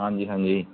ਹਾਂਜੀ ਹਾਂਜੀ